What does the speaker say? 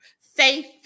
Faith